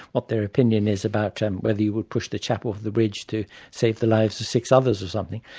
what their opinion is about and whether you would push the chap off the bridge to save the lives of six others or something,